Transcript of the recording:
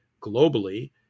globally